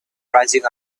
rising